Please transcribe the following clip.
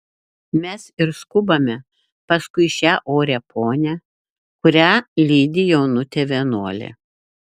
mes ir skubame paskui šią orią ponią kurią lydi jaunutė vienuolė